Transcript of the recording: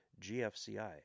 GFCI